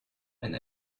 and